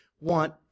want